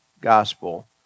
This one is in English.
gospel